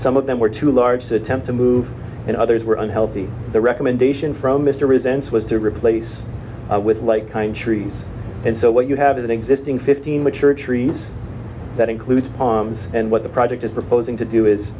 some of them were too large to attempt to move and others were unhealthy the recommendation from mr resents was to replace with like countries and so what you have is an existing fifteen mature trees that includes oms and what the project is proposing to do is